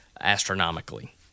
astronomically